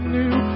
new